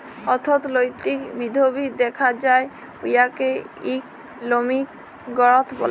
অথ্থলৈতিক বিধ্ধি দ্যাখা যায় উয়াকে ইকলমিক গ্রথ ব্যলে